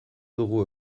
dugu